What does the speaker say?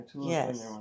yes